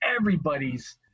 everybody's